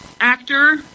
actor